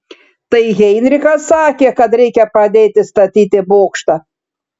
tai heinrichas sakė kad reikia padėti statyti bokštą